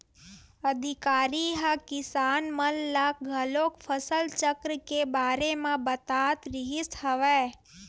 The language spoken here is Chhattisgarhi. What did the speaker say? अधिकारी ह किसान मन ल घलोक फसल चक्र के बारे म बतात रिहिस हवय